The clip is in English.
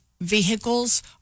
vehicles